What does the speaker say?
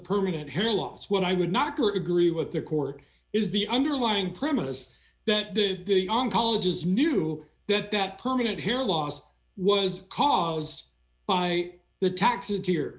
permanent hair loss what i would not agree with the court is the underlying premises that the oncologists knew that that permanent hair loss was caused by the taxes here